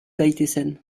daitezen